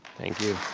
thank you.